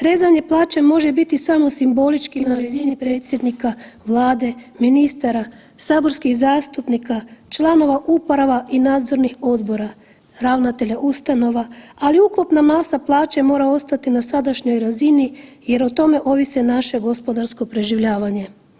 Rezanje plaća može biti samo simbolički na razini predsjednika Vlade, ministara, saborskih zastupnika, članova uprava i nadzornih odbora, ravnatelja ustanova, ali ukupna masa plaća mora ostati na sadašnjoj razini jer o tome ovisi naše gospodarsko preživljavanje.